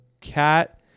cat